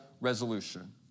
resolution